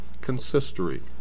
consistory